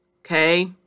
Okay